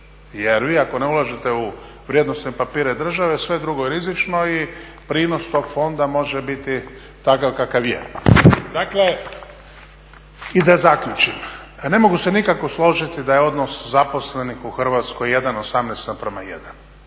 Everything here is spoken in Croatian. jer vi ako ne ulažete u vrijednosne papire države, sve drugo je rizično i prinos tog fonda može biti takav kakav je. Dakle, i da zaključim. Ne mogu se nikako složiti da je odnos zaposlenih u Hrvatskoj 1,18:1.